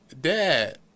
Dad